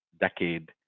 decade